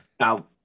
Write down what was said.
Now